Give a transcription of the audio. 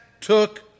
took